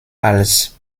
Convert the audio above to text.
als